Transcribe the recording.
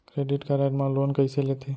Credit card मा loan कइसे लेथे?